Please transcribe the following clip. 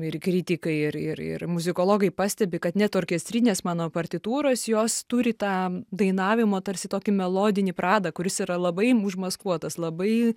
ir kritikai ir ir ir muzikologai pastebi kad net orkestrinės mano partitūros jos turi tą dainavimą tarsi tokį melodinį pradą kuris yra labai užmaskuotas labai